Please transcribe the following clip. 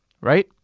right